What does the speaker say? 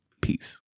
Peace